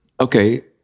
okay